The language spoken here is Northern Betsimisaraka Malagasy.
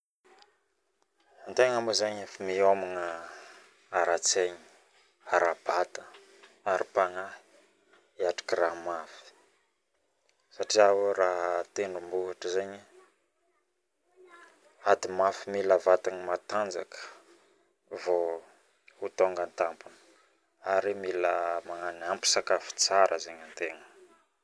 Antegny maloha efa miomagna aratsaigny arabatagna arapagnahy hiatrika raha mafy satria raha tendrombohitra ady mafy mila vatagna matanjaka vao tonga atampony ari mila magnano ampy sakafo tsara